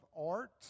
art